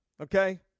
okay